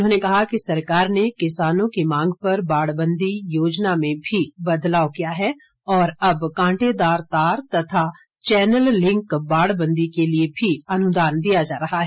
उन्होंने कहा कि सरकार ने किसानों की मांग पर बाड़बंदी योजना में भी बदलावा किया है और अब कांटेदार तार तथा चैनललिंक बाड़बंदी के लिए भी अनुदान दिया जा रहा है